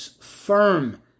firm